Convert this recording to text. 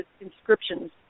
inscriptions